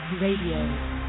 Radio